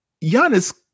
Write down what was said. Giannis